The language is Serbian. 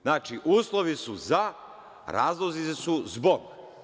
Znači, uslovi su - za, razlozi su – zbog.